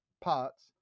parts